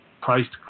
priced